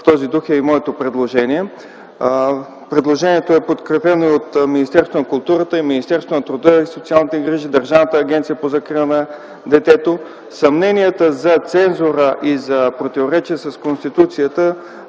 В този дух е и моето предложение. То е подкрепено от Министерството на културата, Министерството на труда и социалната политика и Държавната агенция за закрила на детето. Съмненията за цензура и противоречие с Конституцията